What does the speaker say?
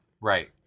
Right